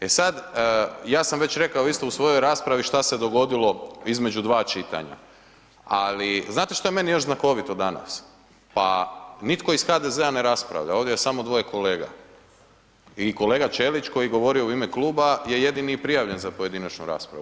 E sad, ja sam već rekao isto u svojoj raspravi šta se dogodilo između dva čitanja, ali znate šta je meni još znakovito danas, pa nitko iz HDZ-a ne raspravlja, ovdje je samo 2 kolega i kolega Ćelić koji govorio u ime kluba je jedini i prijavljen za pojedinačnu raspravu.